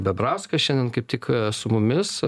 bebrauską šiandien kaip tik su mumis